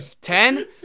Ten